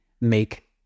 make